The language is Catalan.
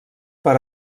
per